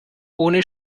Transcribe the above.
ohne